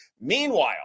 Meanwhile